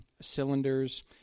cylinders